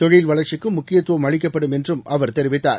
தொழில் வளர்ச்சிக்கும் முக்கியத்துவம் அளிக்கப்படும் என்றும் அவர் தெரிவித்தார்